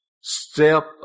step